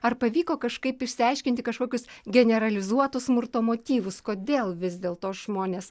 ar pavyko kažkaip išsiaiškinti kažkokius generalizuotus smurto motyvus kodėl vis dėl to žmonės